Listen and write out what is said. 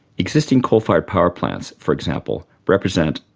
existing coal-fired power plants, for example, represent,